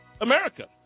America